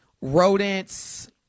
rodents